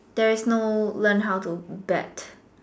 there is no learn how to bet